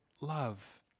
love